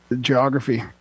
geography